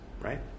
right